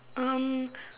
um